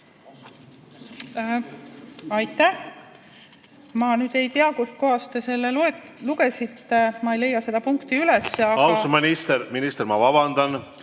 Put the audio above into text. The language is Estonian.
Aitäh! Ma nüüd ei tea, kust te seda lugesite. Ma ei leia seda punkti üles. Austatud minister, ma vabandan!